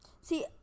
See